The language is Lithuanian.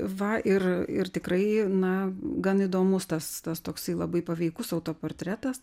va ir ir tikrai na gan įdomus tas tas toksai labai paveikus autoportretas